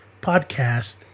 podcast